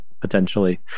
potentially